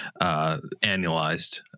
annualized